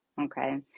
okay